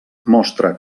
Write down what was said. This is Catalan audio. mostra